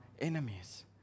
enemies